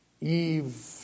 Eve